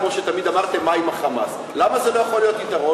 כמו שתמיד אמרתם: מה עם ה"חמאס?" למה זה לא יכול להיות יתרון?